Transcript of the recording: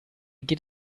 geht